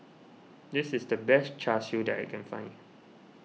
this is the best Char Siu that I can find